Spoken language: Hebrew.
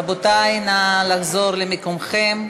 רבותי, נא לחזור למקומות.